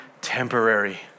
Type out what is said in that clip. temporary